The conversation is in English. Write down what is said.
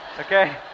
okay